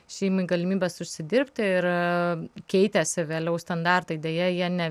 šeimai galimybes užsidirbti ir keitėsi vėliau standartai deja jie ne